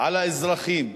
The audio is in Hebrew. על האזרחים,